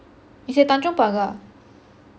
it's at tanjong pagar